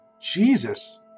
Jesus